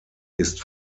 ist